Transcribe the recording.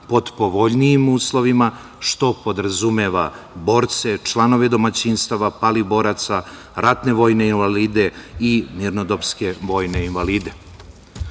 pod povoljnijim uslovima, što podrazumeva borce, članove domaćinstava palih boraca, ratne vojne invalide i mirnodobske vojne invalide. Složićemo